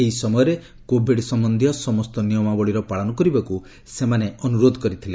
ଏହି ସମୟରେ କୋଭିଡ୍ ସମ୍ବନ୍ଧୀୟ ସମସ୍ତ ନିୟମାବଳୀର ପାଳନ କରିବାକୁ ସେମାନେ ଲୋକମାନଙ୍କୁ ଅନୁରୋଧ କରିଥିଲେ